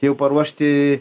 jau paruošti